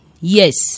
yes